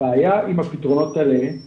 הבעיה עם הפתרונות האלה זה